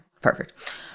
Perfect